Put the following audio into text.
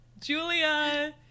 Julia